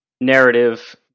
narrative